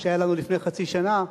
שהיה לנו לפני חצי שנה,